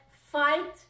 fight